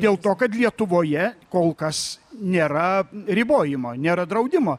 dėl to kad lietuvoje kol kas nėra ribojimo nėra draudimo